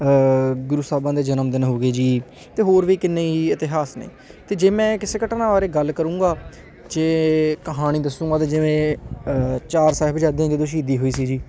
ਗੁਰੂ ਸਾਹਿਬਾਂ ਦੇ ਜਨਮ ਦਿਨ ਹੋ ਗਏ ਜੀ ਅਤੇ ਹੋਰ ਵੀ ਕਿੰਨੇ ਹੀ ਇਤਿਹਾਸ ਨੇ ਅਤੇ ਜੇ ਮੈਂ ਕਿਸੇ ਘਟਨਾ ਬਾਰੇ ਗੱਲ ਕਰੂੰਗਾ ਜੇ ਕਹਾਣੀ ਦੱਸੂਗਾ ਅਤੇ ਜਿਵੇਂ ਚਾਰ ਸਾਹਿਬਜ਼ਾਦਿਆ ਦੀ ਜਦੋਂ ਸ਼ਹੀਦੀ ਹੋਈ ਸੀ ਜੀ